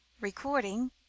Recording